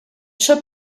should